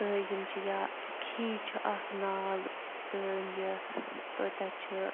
تہٕ یِم چھِ یا کھی چھُ اَکھ ناگ تہٕ یہِ تہٕ تَتہِ چھُ